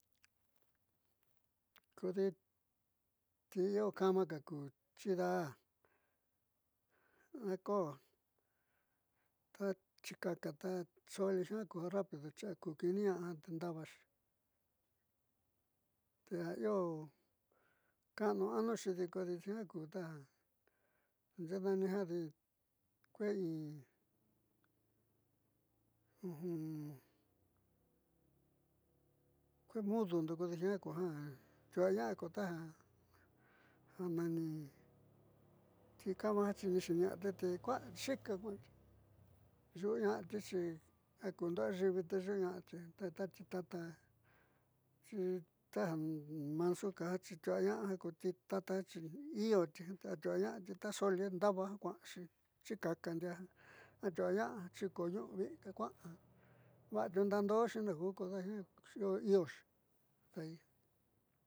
Kodi ti io kama ka ku chidaa'a koo ta chikaka ta zoli jiaa ku ja rápido xi a ku kiiniñaá tendaavaxi te io ka'anu anuxi do kodi jiaa ku ta naaxe'e nani jadi ke'ei kuee mudundo kodi jiaa ja tiu'uña'a ko taja nani tikama jiaaxi te kua'an xi'ika kua'anti yu'uña'ati xi ja kuundo ayiivi te xuuña'ati te ta tita ta xi ta ja mazuka xi tiu'uaña'a ko tita io te atiuuañaáka ta zoli ndaaba kua'axi chikaka ndiaa atiu'uaña'a chiko uu te kuaá va'a tiudaando'oxi naji te de'e i'ioxi.